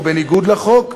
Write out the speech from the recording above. או בניגוד לחוק.